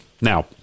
Now